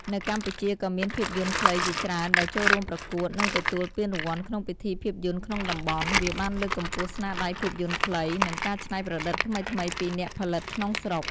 នៅកម្ពុជាក៏មានភាពយន្តខ្លីជាច្រើនដែលចូលរួមប្រកួត និងទទួលពានរង្វាន់ក្នុងពិធីភាពយន្តក្នុងតំបន់ វាបានលើកកម្ពស់ស្នាដៃភាពយន្តខ្លី និងការច្នៃប្រឌិតថ្មីៗពីអ្នកផលិតក្នុងស្រុក។។